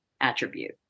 attribute